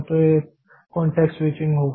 तो यह context switching होगा